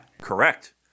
correct